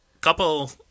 couple